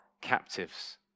captives